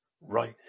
right